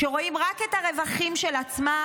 שרואים רק את הרווחים של עצמם,